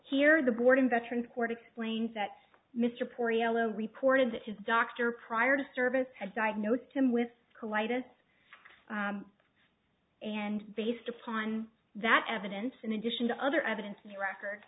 here the boarding veterans court explains that mr pore yellow reported that his doctor prior to service had diagnosed him with collided and based upon that evidence in addition to other evidence in the record